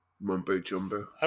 mumbo-jumbo